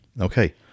Okay